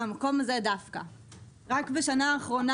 רק בשנה האחרונה,